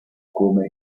come